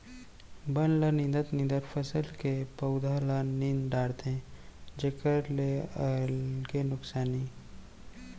बन ल निंदत निंदत फसल के पउधा ल नींद डारथे जेखर ले अलगे नुकसानी